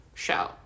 show